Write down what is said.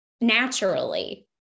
naturally